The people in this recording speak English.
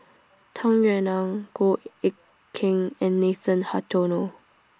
Tung Yue Nang Goh Eck Kheng and Nathan Hartono